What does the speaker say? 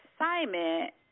assignment